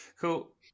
cool